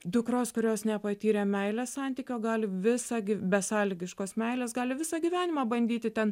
dukros kurios nepatyrė meilės santykio gali visą besąlygiškos meilės gali visą gyvenimą bandyti ten